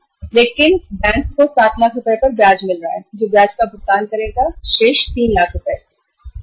इसलिए बैंक को 7 लाख रुपए पर ब्याज मिल रहा है जो शेष 3 लाख रुपए पर ब्याज का भुगतान करेगा